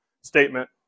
statement